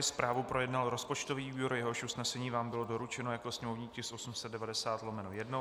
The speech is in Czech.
Zprávu projednal rozpočtový výbor, jehož usnesení vám bylo doručeno jako sněmovní tisk 890/1.